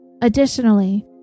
Additionally